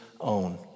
own